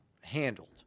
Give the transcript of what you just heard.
handled